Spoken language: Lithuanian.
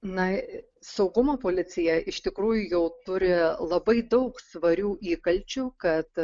na saugumo policija iš tikrųjų jau turi labai daug svarių įkalčių kad